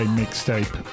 mixtape